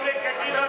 לקדימה,